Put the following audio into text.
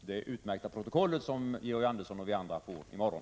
det utmärkta protokoll som Georg Andersson och vi andra får i morgon.